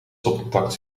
stopcontact